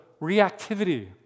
reactivity